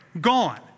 gone